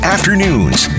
Afternoons